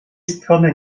strony